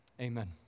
Amen